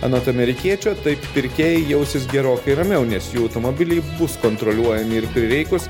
anot amerikiečio taip pirkėjai jausis gerokai ramiau nes jų automobiliai bus kontroliuojami ir prireikus